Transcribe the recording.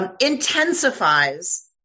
Intensifies